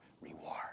reward